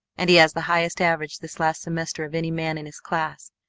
and he has the highest average this last semester of any man in his class.